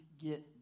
get